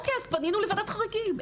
אז פנינו לוועדת חריגים.